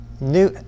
new